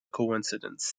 coincidence